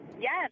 yes